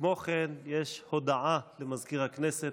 כמו כן, יש הודעה למזכיר הכנסת.